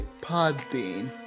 Podbean